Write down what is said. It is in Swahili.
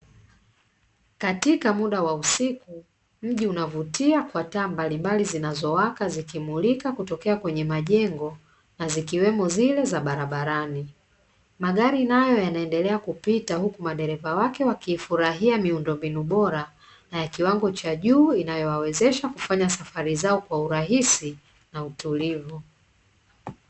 Katika muda wa usiku, mji unavutia kwa taa mbalimbali zinazowaka zikimulika kutokea kwenye majengo na zikiwemo zile za barabarani, magari nayo yanaendelea kupita huku madereva wake wakiifurahia miundombinu bora na kiwango cha juu inayowawezesha kufanya safari zao kwa urahisi na utulivu.